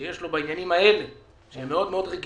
שיש לו בעניינים האלה שהם מאוד רגישים,